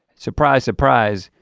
surprise surprise,